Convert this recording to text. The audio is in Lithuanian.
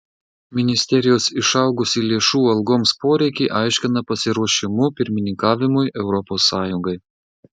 ministerijos išaugusį lėšų algoms poreikį aiškina pasiruošimu pirmininkavimui europos sąjungai